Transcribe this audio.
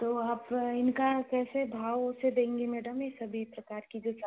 तो आप इनका कैसे भाव से देंगे मैडम ये सभी प्रकार की जो सब्ज़ियाँ हैं